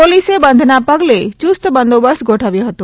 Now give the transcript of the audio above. પોલીસે બંધના પગલે યુસ્ત બંદોબસ્ત ગોઠવ્યો હતો